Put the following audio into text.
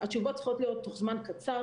התשובות צריכות להיות תוך זמן קצר,